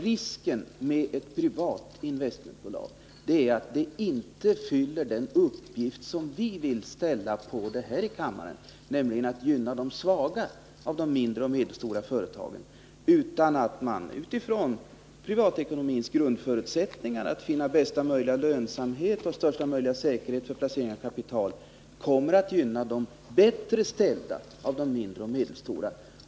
Risken med ett privat investmentbolag är att det inte uppfyller det krav som vi vill ställa på det här i kammaren, nämligen att man skall gynna de svaga av de mindre och medelstora företagen. Utifrån privatekonomins grundförutsättning, att finna bästa möjliga lönsamhet och största möjliga säkerhet för placering av kapital, kommer man att gynna de bättre ställda av de mindre och medelstora företagen.